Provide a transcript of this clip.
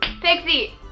Pixie